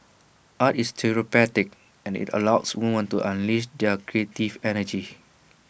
art is therapeutic and IT allows women to unleash their creative energy